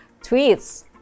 tweets